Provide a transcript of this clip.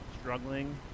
struggling